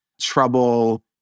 trouble